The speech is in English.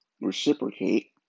reciprocate